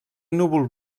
núvol